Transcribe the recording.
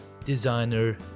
designer